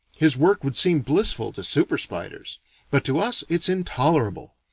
his work would seem blissful to super-spiders but to us it's intolerable.